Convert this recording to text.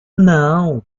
não